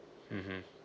mmhmm